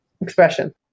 expression